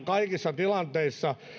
kaikissa tilanteissa